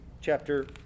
chapter